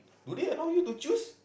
would they allow you to choose